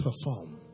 perform